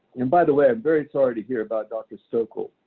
and by the way, i am very sorry to hear about dr. stoeckle.